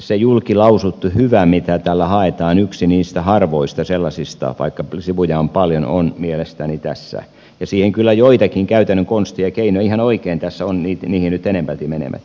se julkilausuttu hyvä mitä tällä haetaan yksi niistä harvoista sellaisista vaikka sivuja on paljon on mielestäni tässä ja siihen kyllä joitakin käytännön konsteja keinoja ihan oikein tässä on niihin nyt enemmälti menemättä